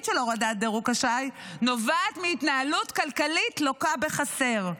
של הורדת דירוג האשראי נובעת מהתנהלות כלכלית לוקה בחסר.